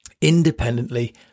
independently